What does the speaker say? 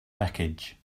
wreckage